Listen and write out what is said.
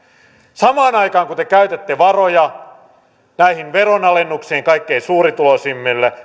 samaan aikaan kun te käytätte varoja näihin veronalennuksiin kaikkein suurituloisimmille